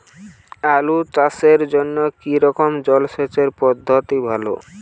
আলু চাষের জন্য কী রকম জলসেচ পদ্ধতি ভালো?